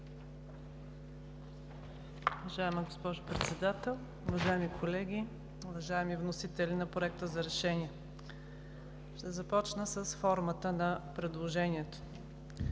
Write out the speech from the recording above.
Уважаема госпожо Председател, уважаеми колеги! Уважаеми вносители на Проекта за решение, ще започна с формата на предложението.